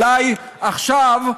אולי עכשיו,